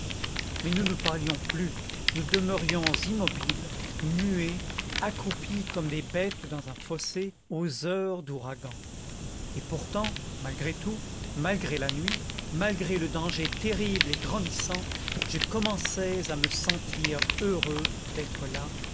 baiser nous ne parlions plus nous demeurions immobiles muets accroupis comme des bêtes dans un fossé aux heures d'ouragan et pourtant malgré tout malgré la nuit malgré le danger terrible et grandissant je commençais à me sentir heureux d'être là